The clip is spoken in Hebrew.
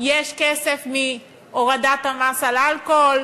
יש כסף מהורדת המס על אלכוהול,